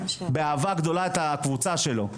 באהבה גדולה, את הקבוצה שלו.